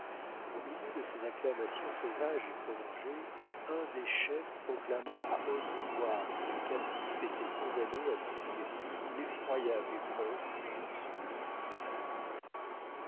au milieu de ces acclamations sauvages et prolongées un des chefs proclama à haute voix que le captif était condamné à subir l'effroyable épreuve du supplice du feu